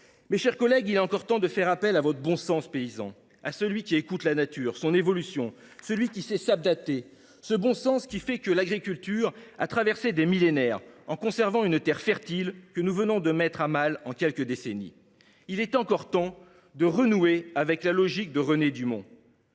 nos lieux de vie ? Il est encore temps de faire appel à votre bon sens paysan, à celui qui écoute la nature, son évolution, qui sait s’adapter, ce bon sens qui a permis à l’agriculture de traverser des millénaires en conservant une terre fertile, que nous venons de mettre à mal en quelques décennies. Il est encore temps de renouer avec la logique de René Dumont,